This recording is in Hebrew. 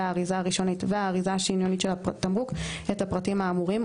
האריזה הראשונית והאריזה השניונית של התמרוק את הפרטים האמורים,